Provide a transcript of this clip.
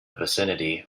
vicinity